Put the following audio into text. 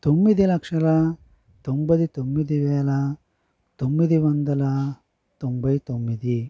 తొమ్మిది లక్షల తొంభై తొమ్మిది వేల తొమ్మిది వందల తొంభై తొమ్మిది